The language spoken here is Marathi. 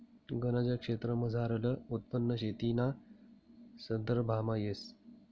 गनज क्षेत्रमझारलं उत्पन्न शेतीना संदर्भामा येस